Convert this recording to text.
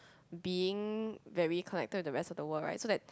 being very connected to the rest of the world right so that